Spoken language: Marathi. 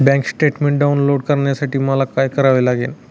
बँक स्टेटमेन्ट डाउनलोड करण्यासाठी मला काय करावे लागेल?